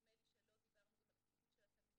נדמה לי שלא דיברנו גם על התפקיד של התלמידים.